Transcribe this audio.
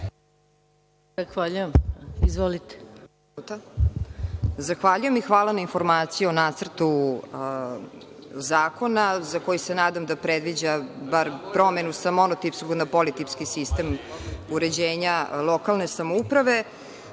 Zahvaljujem. Hvala na informaciji o Nacrtu zakona, za koji se nadam da predviđa bar promenu sa monotipskog na politipski sistem uređenja lokalne samouprave. Volela